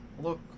look